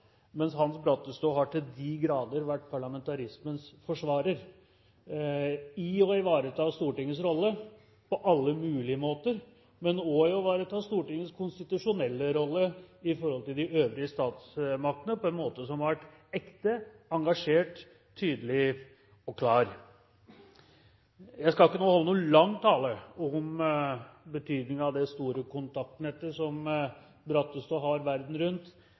mens Hans Brattestå har til de grader vært parlamentarismens forsvarer gjennom å ivareta Stortingets rolle på alle mulige måter, men også gjennom å ivareta Stortingets konstitusjonelle rolle i forhold til de øvrige statsmakter på en måte som har vært ekte, engasjert, tydelig og klar. Jeg skal ikke holde noen lang tale om betydningen av det store kontaktnettet Brattestå har verden rundt,